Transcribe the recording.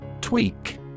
Tweak